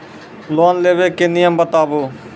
Loan लेबे के नियम बताबू?